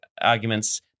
arguments